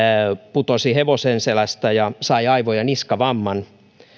putosi hevosen selästä ja sai aivo ja niskavamman